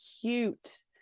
cute